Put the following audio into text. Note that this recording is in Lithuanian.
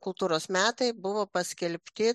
kultūros metai buvo paskelbti